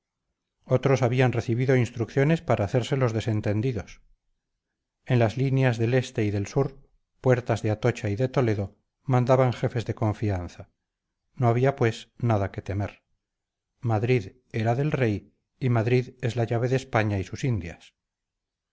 otros habían recibido instrucciones para hacerse los desentendidos en las líneas del este y del sur puertas de atocha y de toledo mandaban jefes de confianza no había pues nada que temer madrid era del rey y madrid es la llave de españa y sus indias